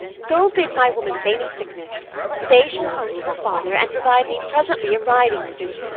go bid my woman feign a sickness say she'll home to her father and provide me presently a riding suit,